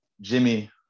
Jimmy